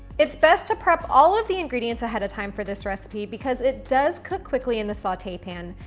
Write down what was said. it's best to prep all of the ingredients ahead of time for this recipe because it does cook quickly in the saute pan.